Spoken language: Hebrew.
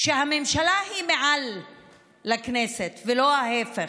שהממשלה היא מעל לכנסת, ולא ההפך,